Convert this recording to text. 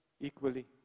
equally